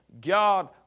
God